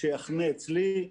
-- שיחנה אצלי,